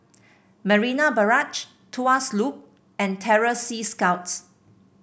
Marina Barrage Tuas Loop and Terror Sea Scouts